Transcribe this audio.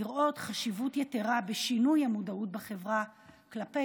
לראות חשיבות יתרה בשינוי המודעות בחברה כלפי